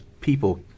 people